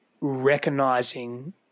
recognizing